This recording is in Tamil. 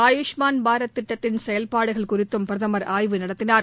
ஆயுஷ்மான் பாரத் திட்டத்தின் செயல்பாடுகள் குறித்தும் பிரதமர் ஆய்வு நடத்தினார்